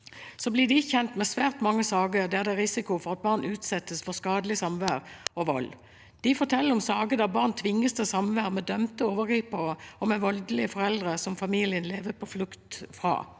blir de kjent med svært mange saker der det er risiko for at barn utsettes for skadelig samvær og vold. De forteller om saker der barn tvinges til samvær med de dømte overgriperne og med voldelige foreldre som familien lever på flukt fra.